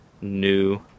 new